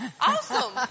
awesome